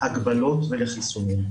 הגבלות ולחיסונים.